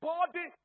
Body